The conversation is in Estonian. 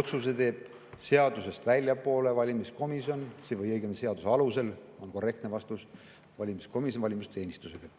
Otsuse teeb seadusest väljaspool valimiskomisjon, või õigemini seaduse alusel, on korrektne vastus, valimiskomisjon valimisteenistusega.